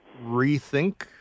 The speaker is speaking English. rethink